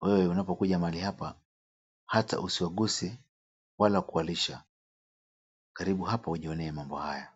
wewe unapokuja mahali hapa hata usiwaguze wala kuwalisha. Karibu hapa ujionee mambo haya.